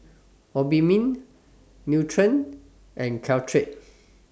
Obimin Nutren and Caltrate